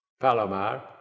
Palomar